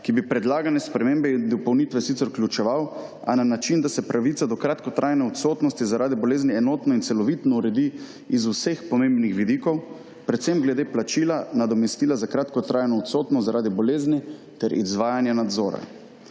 ki bi predlagane spremembe in dopolnitve sicer vključeval, a na način, da se pravica do kratkotrajne odsotnosti zaradi bolezni enotno in celovito uredi iz vseh pomembnih vidikov, predvsem glede plačila, nadomestila za kratkotrajno odsotnost zaradi bolezni ter izvajanje nadzora.